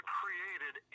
created